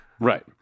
Right